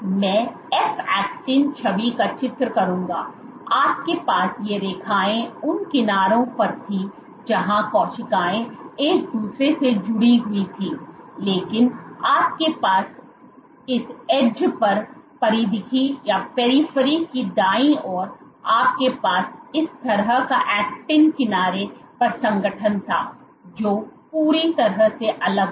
मैं F actin छवि का चित्र करूंगा आपके पास ये रेखाएं उन किनारों पर थीं जहां कोशिकाएं एक दूसरे से जुड़ी हुई थीं लेकिन आपके पास इस एड्झ पर परिधिकी की दाईं ओर आपके पास इस तरह का एक्टिन किनारे पर संगठन था जो पूरी तरह से अलग था